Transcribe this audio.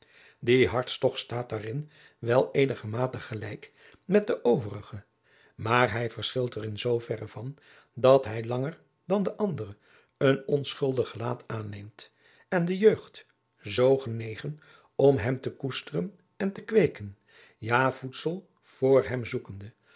die hartstogt staat daarin wel eenigermate gelijk met de overige maar hij verschilt er adriaan loosjes pzn het leven van maurits lijnslager in zoo verre van dat hij langer dan de andere een onschuldig gelaat aanneemt en de jeugd zoo genegen om hem te koesteren en te kweeken ja voedsel voor hem zoekende